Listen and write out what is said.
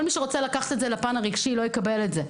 כל מי שרוצה לקחת את זה לפן הרגשי, לא יקבל את זה.